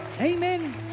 Amen